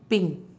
pink